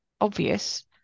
obvious